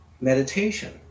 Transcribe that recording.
meditation